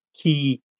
key